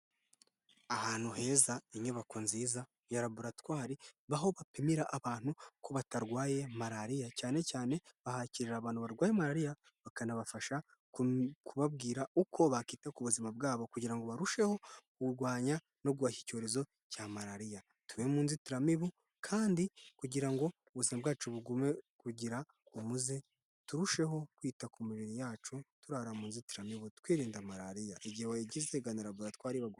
Ahantu heza inyubako nziza ya laboratwariho bapimira abantu ko batarwaye malariya, cyane cyane bahakirira abantu barwaye malariya bakanabafasha kubabwira uko bakita ku buzima bwabo kugira ngo barusheho kurwanya no guhashya icyorezo cya malaria. Tube mu nzitiramibu kandi kugira ngo ubuzima bwacu bugume kugira umuze turusheho kwita ku mibiri yacu turara mu nzitiramibu twirinda malariya igihe wayigize gana iyi laboratwari bagupime.